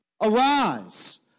Arise